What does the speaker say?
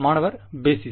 மாணவர் பேஸிஸ்